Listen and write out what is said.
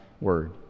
Word